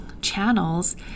channels